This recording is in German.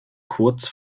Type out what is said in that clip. kurz